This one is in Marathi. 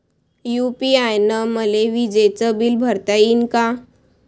यू.पी.आय न मले विजेचं बिल भरता यीन का?